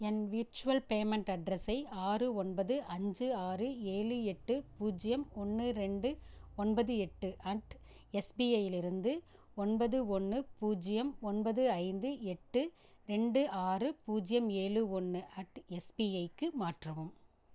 என் virtual payment அட்ரஸை ஆறு ஒன்பது அஞ்சு ஆறு ஏழு எட்டு பூஜ்ஜியம் ஒன்று ரெண்டு ஒன்பது எட்டு அட் எஸ்பிஐயிலிருந்து ஒன்பது ஒன்று பூஜ்ஜியம் ஒன்பது ஐந்து எட்டு ரெண்டு ஆறு பூஜ்ஜியம் ஏழு ஒன்று அட் எஸ்பிஐக்கு மாற்றவும்